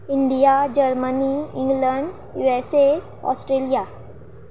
India Germany England USA Australia